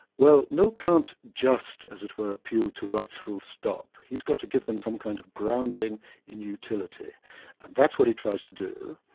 well mill can't just, as it were, appeal to rights, full-stop. he's got to give them some kind of grounding in utility and that's what he tries to do,